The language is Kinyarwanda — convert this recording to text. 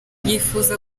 yifuza